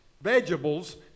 vegetables